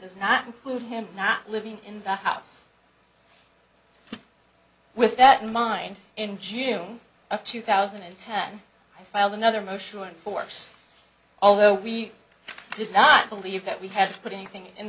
does not include him not living in the house with that in mind in june of two thousand and ten i filed another motion in force although we did not believe that we had to put anything in